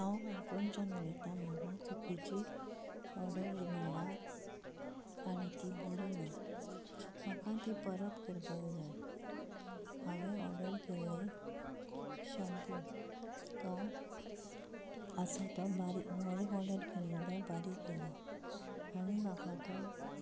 हांव काणकोणच्यान उलयतां म्हाका चुकीची ऑर्डर मेळ्ळ्या आनी ती बरी ना म्हाका ती परत करपाक जाय हांवें ऑर्डर केल्लो शॅम्पू तो आसा तो व्हड ऑर्डर केल्लो तो बारीक आयला आनी म्हाका तो